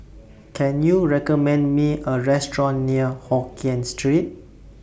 Can YOU recommend Me A Restaurant near Hokien Street